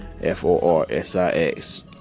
F-O-R-S-I-X